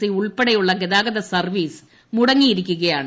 C ഉൾപ്പെടെയുള്ള ഗതാഗത service മുടങ്ങിയിരിക്കുകയാണ്